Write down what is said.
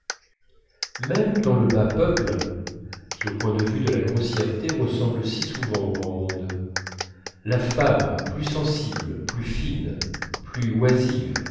même dans le bas peuple qui au point de vue de la grossièreté ressemble si souvent au grand monde la femme plus sensible plus fine plus oisive